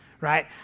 right